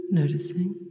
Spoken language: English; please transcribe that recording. noticing